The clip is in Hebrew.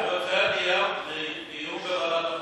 אני רוצה דיון בוועדת הפנים.